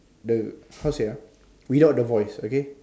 the how to say ah without the voice okay